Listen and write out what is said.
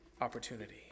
opportunity